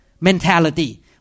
mentality